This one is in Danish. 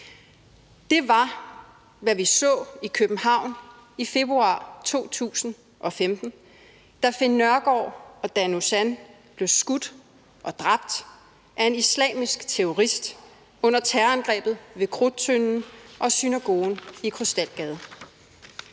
Det var, hvad vi så i København i februar 2015, da Finn Nørgaard og Dan Uzan blev skudt og dræbt af en islamisk terrorist under terrorangrebet ved Krudttønden og synagogen i Krystalgade.